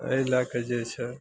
एहि लएके जे छै